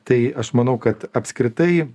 tai aš manau kad apskritai